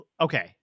okay